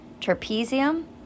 trapezium